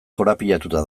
korapilatuta